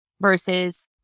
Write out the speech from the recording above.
versus